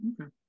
Okay